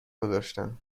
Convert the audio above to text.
گذاشتم